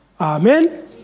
Amen